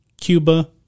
Cuba